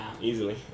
Easily